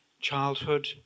childhood